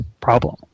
problem